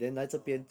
!wah!